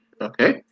Okay